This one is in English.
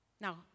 Now